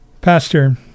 Pastor